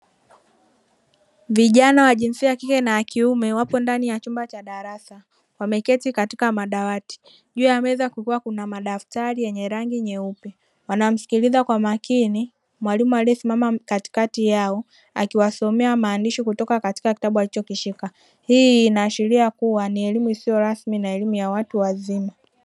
Vijana wa jinsia ya kike na ya kiume wapo ndani ya chumba cha darasa wameketi katika madawati juu ya meza kukiwa kuna madaftari yenye rangi nyeupe wanamsikiliza kwa makini mwalimu aliyesimama katikati yao akiwasiomea maandishi kutoka katika kitabu alichokishika hii inaashiria kuwa ni elimu isiyo rasmi na elimu ya watu wazima.